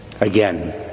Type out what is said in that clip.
Again